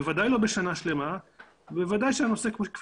בוודאי לא בשנה שלמה ובוודאי כאשר הנושא כפי